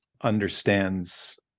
understands